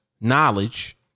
knowledge